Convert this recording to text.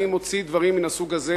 מי מוציא דברים מן הסוג הזה,